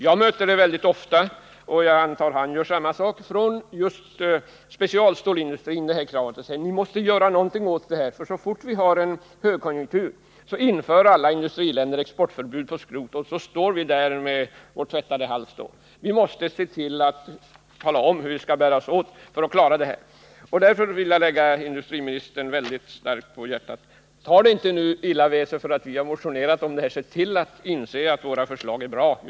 Jag möter det kravet väldigt ofta — och jag antar att han gör samma sak — från just specialstålsindustrin, där man säger: Någonting måste göras åt det här, för så snart vi har högkonjunktur inför alla industriländer exportförbud för skrot, och då står vi där med vår tvättade hals. Vi måste veta hur vi skall bära oss åt för att kunna klara det här problemet. Därför vill jag lägga industriministern varmt om hjärtat att inte ta illa vid sig för att vi har motionerat om det här. Försök inse att våra förslag är bra!